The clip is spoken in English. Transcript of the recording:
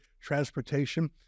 transportation